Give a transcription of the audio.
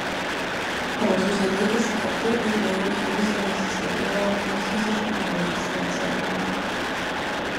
prancūzai laikėsi kartu ir nejaukiai jausdamiesi stebėjo jiems visiškai nepažįstamą ceremoniją